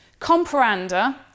Comparanda